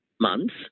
months